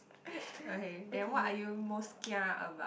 okay then what you are most kia about